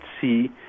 see